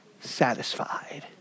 satisfied